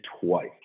twice